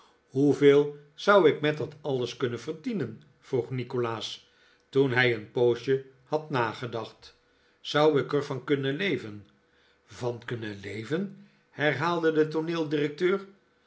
hoeveel zou ik met dat alles kunnen verdienen vroeg nikolaas toen hij een poosje had nagedacht zou ik er van kunnen leven van kunnen leven herhaalde de